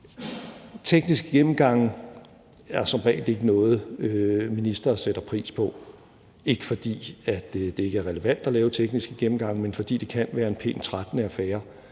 Tekniske gennemgange er som regel ikke noget, ministre sætter pris på – ikke fordi det ikke er relevant at lave tekniske gennemgange, men fordi det kan være en pænt trættende